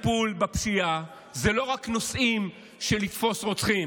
חלק מהטיפול בפשיעה זה לא רק נושאים של תפיסת רוצחים,